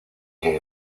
que